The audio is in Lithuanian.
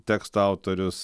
tekstų autorius